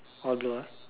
all blue ah